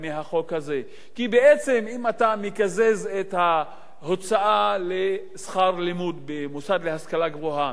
כי אם אתה מקזז את ההוצאה לשכר לימוד במוסד להשכלה גבוהה מהכנסה גבוהה,